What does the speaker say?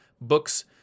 books